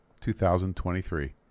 2023